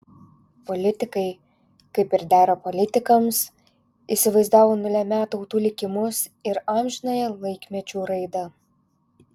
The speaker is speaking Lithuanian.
politikai kaip ir dera politikams įsivaizdavo nulemią tautų likimus ir amžinąją laikmečių raidą